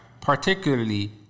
particularly